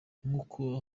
nkuko